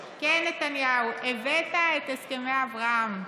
נתניהו, הבאת את הסכמי אברהם,